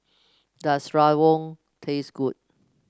does rawon taste good